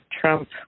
Trump